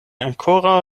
ankoraŭ